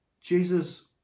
Jesus